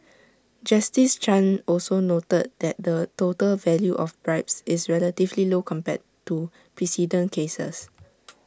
justice chan also noted that the total value of bribes is relatively low compared to precedent cases